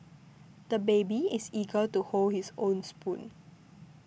the baby is eager to hold his own spoon